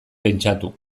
pentsatu